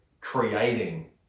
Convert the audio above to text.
creating